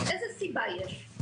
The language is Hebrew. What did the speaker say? איזה סיבה יש?